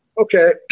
Okay